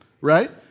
right